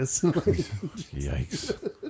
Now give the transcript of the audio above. Yikes